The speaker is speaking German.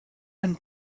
einen